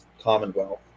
commonwealth